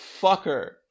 fucker